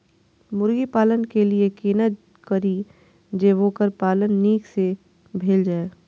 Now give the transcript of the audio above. मुर्गी पालन के लिए केना करी जे वोकर पालन नीक से भेल जाय?